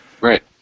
Right